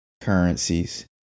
currencies